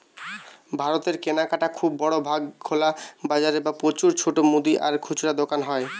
ভারতের কেনাকাটা খুব বড় ভাগ খোলা বাজারে বা প্রচুর ছোট মুদি আর খুচরা দোকানে হয়